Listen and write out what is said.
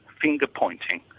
finger-pointing